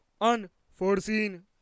unforeseen